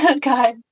God